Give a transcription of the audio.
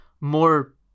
more